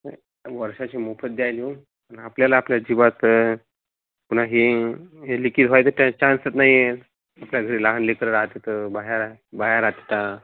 नाही वर्षाची मोफत द्याल अहो पण आपल्याला आपल्या जिवाचं पुन्हा ही हे लिकिज व्हायचं त्या चान्सच नाही आहे आपल्या घरी लहान लेकरं राहतं तर बाह्या बाया राहतात